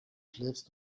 schläfst